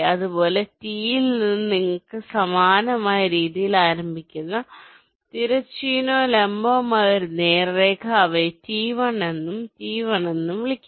അതുപോലെ T യിൽ നിന്ന് നിങ്ങൾ സമാനമായ രീതിയിൽ ആരംഭിക്കുന്നു തിരശ്ചീനവും ലംബവുമായ ഒരു നേർരേഖ അവയെ T1 എന്നും T1 എന്നും വിളിക്കുന്നു